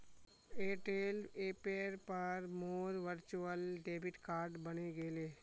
Airtel ऐपेर पर मोर वर्चुअल डेबिट कार्ड बने गेले